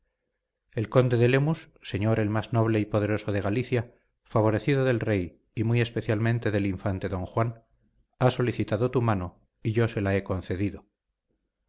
el conde de lemus señor el más noble y poderoso de galicia favorecido del rey y muy especialmente del infante don juan ha solicitado tu mano y yo se la he concedido